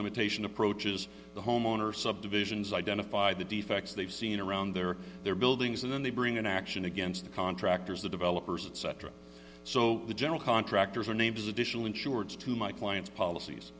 limitation approaches the homeowner subdivisions identify the defects they've seen around their their buildings and then they bring an action against the contractors the developers etc so the general contractors are named as additional insureds to my client's policies